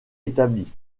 établie